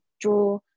draw